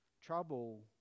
trouble